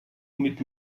mit